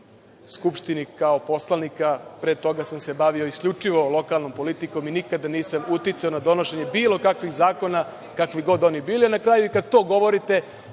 Skupštini kao poslanika, a pre toga sam se bavio isključivo lokalnom politikom i nikada nisam uticao na donošenje bilo kakvih zakona, kakvi god oni bili. Na kraju, i kada to govorite,